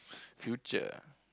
future